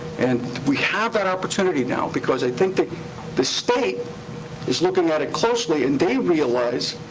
and we have that opportunity now, because i think the state is looking at it closely, and they realize,